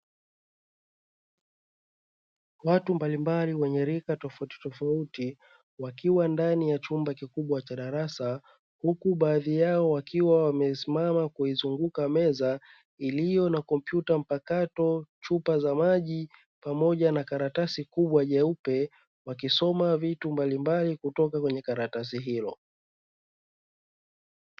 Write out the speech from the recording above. Watu mbalimbali wenye rika tofautitofauti, wakiwa ndani ya chumba kikubwa cha darasa, huku baadhi yao wakiwa wamesimama kuizunguka meza iliyo na kompyuta mpakato, chupa za maji pamoja na karatasi kubwa jeupe, wakisoma vitu mbalimbali kutoka kwenye karatasi hiyo.